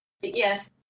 Yes